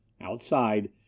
Outside